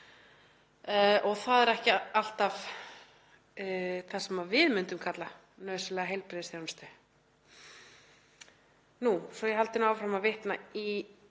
og það er ekki alltaf það sem við myndum kalla nauðsynlega heilbrigðisþjónustu. Svo að ég haldi áfram að vitna í